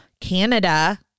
Canada